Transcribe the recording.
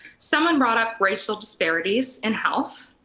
someone brought up racial disparities and health.